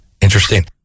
Interesting